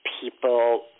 people